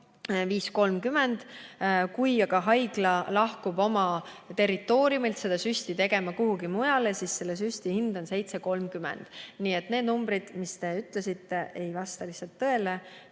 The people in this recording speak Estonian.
5.30. Kui haiglatöötaja lahkub haigla territooriumilt seda süsti tegema kuhugi mujale, siis on süsti hind 7.30. Nii et need numbrid, mis te ütlesite, ei vasta lihtsalt tõele